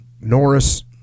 Norris